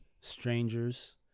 strangers